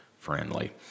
Friendly